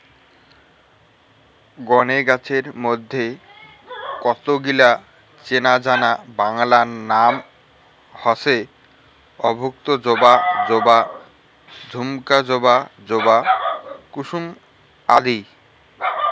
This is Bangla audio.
গণে গছের মইধ্যে কতগিলা চেনাজানা বাংলা নাম হসে অক্তজবা, জবা, ঝুমকা জবা, জবা কুসুম আদি